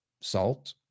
salt